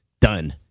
done